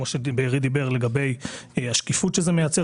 גם מבחינת השקיפות שזה מייצר,